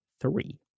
three